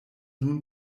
nun